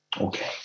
Okay